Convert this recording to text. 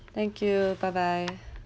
thank you bye bye